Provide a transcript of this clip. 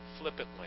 flippantly